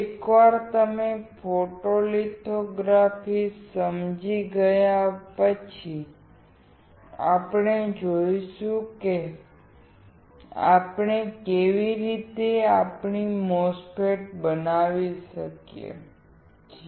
એકવાર તમે ફોટોલિથોગ્રાફી સમજી ગયા પછી આપણે જોઈશું કે આપણે કેવી રીતે આપણી MOSFET બનાવી શકીએ છીએ